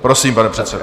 Prosím, pane předsedo.